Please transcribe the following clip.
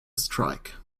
strike